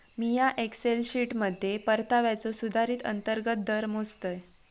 मिया एक्सेल शीटमध्ये परताव्याचो सुधारित अंतर्गत दर मोजतय